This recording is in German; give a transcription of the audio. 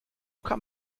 kann